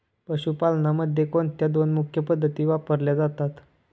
पशुपालनामध्ये कोणत्या दोन मुख्य पद्धती वापरल्या जातात?